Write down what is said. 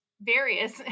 various